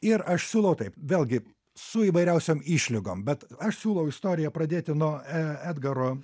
ir aš siūlau taip vėlgi su įvairiausiom išlygom bet aš siūlau istoriją pradėti nuo e edgaro